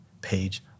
page